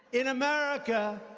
in america,